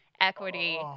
equity